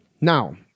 Now